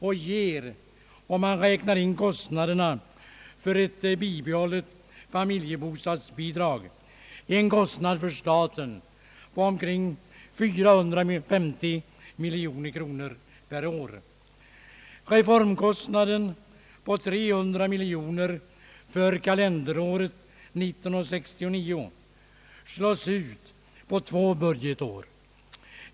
Det ger om man räknar in kostnaderna för ett bibehållet familjebostadsbidrag en kostnad för staten på omkring 450 miljoner kronor per år. Reformkostnaden på 300 miljoner kronor för kalenderåret 1969 slås ut på två budgetår.